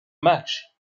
match